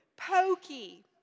Pokey